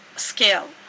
scale